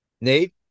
Nate